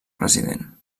president